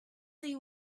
see